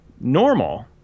normal